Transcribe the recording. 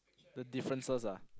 the differences ah